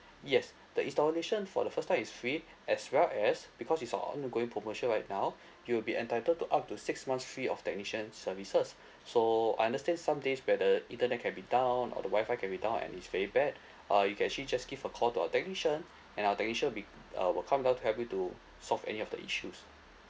yes the installation for the first time is free as well as because it's our ongoing promotion right now you will be entitled to up to six months free of technician services so I understand some days where the internet can be down or the WI-FI can be down and it's very bad uh you can actually just give a call to our technician and our technician will be uh will come down to help you to solve any of the issues